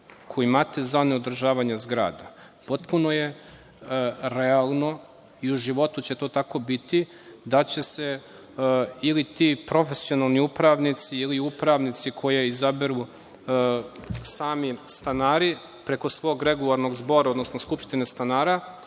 koju imate za neodržavanje zgrada, potpuno je realno i u životu će to tako biti, da će se ili ti profesionalni upravnici ili upravnice koje izaberu sami stanari preko svog regularnog zbora, odnosno skupštine stanara,